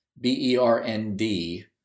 B-E-R-N-D